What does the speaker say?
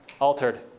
altered